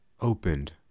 opened